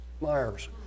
Myers